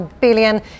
billion